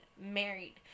married